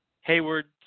Hayward